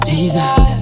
Jesus